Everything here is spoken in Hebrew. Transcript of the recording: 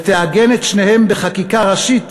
ותעגן את שניהם בחקיקה ראשית